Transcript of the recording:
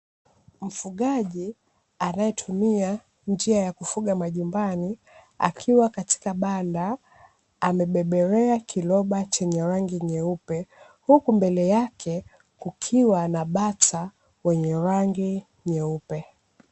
Mfugaji anayetumia njia ya kufuga majumbani akiwa katika banda amebebelea kiroba chenye rangi nyeupe huku mbele yake kukiwa na bata wenye rangi nyeupe.